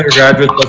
graduates? but